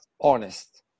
honest